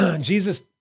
Jesus